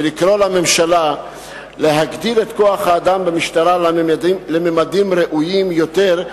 ולקרוא לממשלה להגדיל את כוח-האדם במשטרה לממדים ראויים יותר,